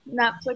Netflix